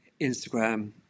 Instagram